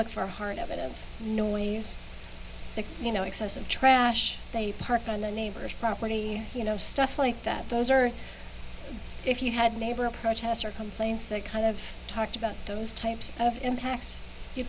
look for hard evidence new ways that you know excessive trash they park on the neighbor's property you know stuff like that those are if you had neighbor protests or complaints that kind of talked about those types of impacts you